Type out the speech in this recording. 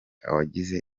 wagize